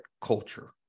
culture